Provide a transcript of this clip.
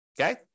okay